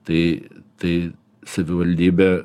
tai tai savivaldybė